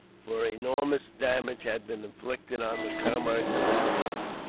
for enormous damage had been inflicted on the commerce of that place,